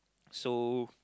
so